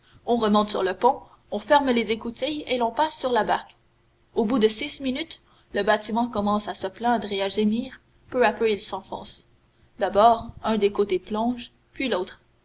on remonte sur le pont on ferme les écoutilles et l'on passe sur la barque au bout de dix minutes le bâtiment commence à se plaindre et à gémir peu à peu il s'enfonce d'abord un des côtés plonge puis l'autre